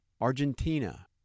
Argentina